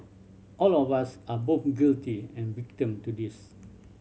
all of us are both guilty and victim to this